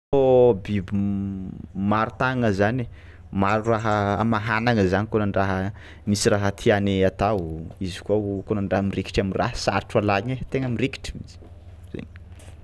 O biby maro tàgnana zany, maro raha amahanagna zany kôa nandraha misy raha tiàny atao, izy koa o kôa nandraha miraikitry am'raha sarotro alagna ai, tegna miraikitry mihitsiny, zay.